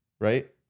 right